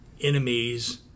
enemies